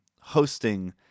hosting